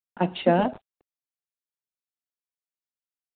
अच्छा